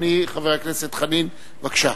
חנין, בבקשה.